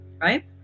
right